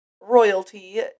royalty